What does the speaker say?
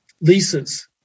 leases